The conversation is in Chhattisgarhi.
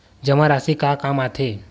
जमा राशि का काम आथे?